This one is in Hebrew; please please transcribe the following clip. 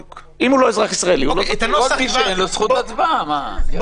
אין לו זכות הצבעה.